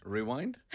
Rewind